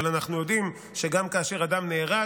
אבל אנחנו יודעים שגם כאשר אדם נהרג,